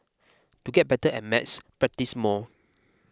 to get better at maths practise more